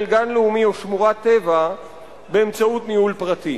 גן לאומי או שמורת טבע באמצעות ניהול פרטי.